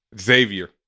Xavier